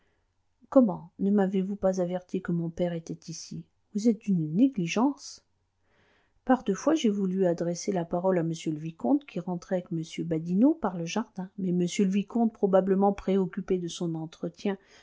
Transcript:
comment ne m'avez-vous pas averti que mon père était ici vous êtes d'une négligence par deux fois j'ai voulu adresser la parole à monsieur le vicomte qui rentrait avec m badinot par le jardin mais monsieur le vicomte probablement préoccupé de son entretien